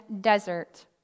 desert